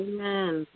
Amen